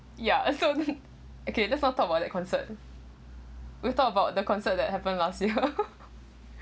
ya so okay let's not talk about that concert we talk about the concert that happened last year